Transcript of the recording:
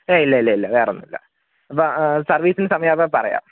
എയ് ഇല്ല ഇല്ല ഇല്ല വേറൊന്നും ഇല്ല നമ്മൾ ആ സർവീസിൻ്റെ സമയാകുമ്പം പറയാം